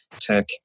tech